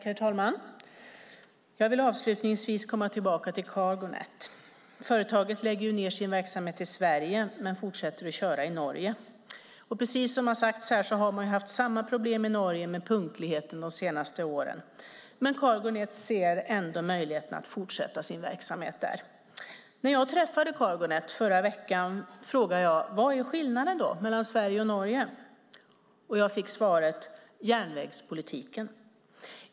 Herr talman! Jag vill komma tillbaka till Cargo Net. Företaget lägger ned sin verksamhet i Sverige men fortsätter att köra i Norge. Precis som har sagts här har de haft samma problem i Norge med punktligheten de senaste åren, men Cargo Net ser ändå möjligheter att fortsätta sin verksamhet där. När jag träffade representanter för Cargo Net förra veckan frågade jag: Vad är skillnaden mellan Sverige och Norge? Jag fick svaret: järnvägspolitiken.